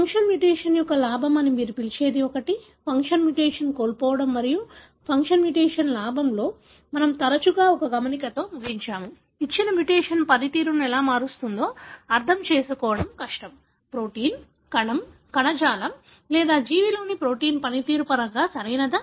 function mutation యొక్క లాభం అని మీరు పిలిచేది ఒకటి ఫంక్షన్ మ్యుటేషన్ కోల్పోవడం మరియు ఫంక్షన్ మ్యుటేషన్ లాభంలో మనము తరచుగా ఒక గమనికతో ముగించాము ఇచ్చిన మ్యుటేషన్ పనితీరును ఎలా మారుస్తుందో అర్థం చేసుకోవడం కష్టం ప్రోటీన్ కణం కణజాలం లేదా జీవిలోని ప్రోటీన్ పనితీరు పరంగా సరియైనదా